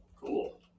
Cool